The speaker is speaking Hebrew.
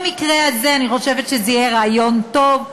במקרה הזה אני חושבת שזה יהיה רעיון טוב,